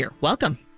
Welcome